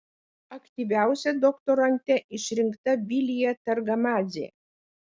aktyviausia doktorante išrinkta vilija targamadzė